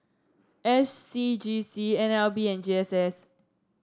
S C G C N L B and G S S